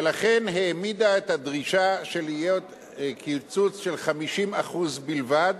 ולכן העמידה את הדרישה של קיצוץ של 50% בלבד,